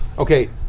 Okay